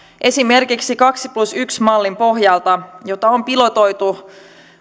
esimerkiksi kaksi plus yksi mallin pohjalta jota on pilotoitu